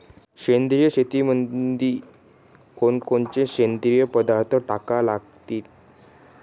सेंद्रिय शेतीमंदी कोनकोनचे सेंद्रिय पदार्थ टाका लागतीन?